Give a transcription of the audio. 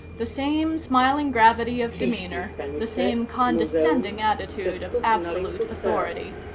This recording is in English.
the same smiling gravity of demeanor, the same condescending attitude of absolute authority.